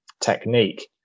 technique